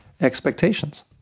expectations